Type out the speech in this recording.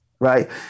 Right